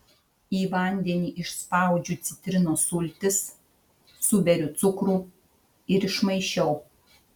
į vandenį išspaudžiu citrinos sultis suberiu cukrų ir išmaišiau